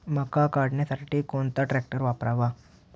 मका काढणीसाठी कोणता ट्रॅक्टर वापरावा?